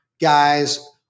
guys